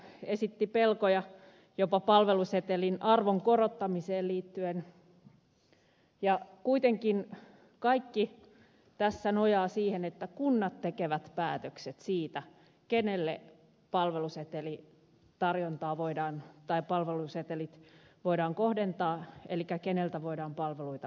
taiveaho esitti pelkoja jopa palvelusetelin arvon korottamiseen liittyen ja kuitenkin kaikki tässä nojaa siihen että kunnat tekevät päätökset siitä kenelle palvelusetelit voidaan kohdentaa elikkä keneltä voidaan palveluita ostaa seteleillä